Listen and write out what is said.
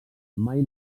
mai